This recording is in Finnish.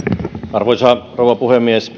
arvoisa rouva puhemies